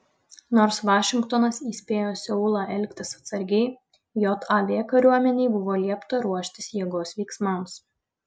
nors vašingtonas įspėjo seulą elgtis atsargiai jav kariuomenei buvo liepta ruoštis jėgos veiksmams